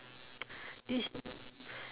this